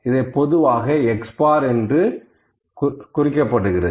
இதை பொதுவாக X என்று குறிக்கப்படுகிறது